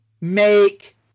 make